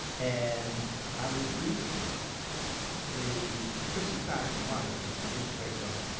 and i would read the christian science monitor, the newspaper.